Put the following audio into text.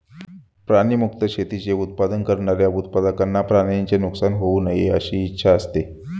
प्राणी मुक्त शेतीचे उत्पादन करणाऱ्या उत्पादकांना प्राण्यांचे नुकसान होऊ नये अशी इच्छा असते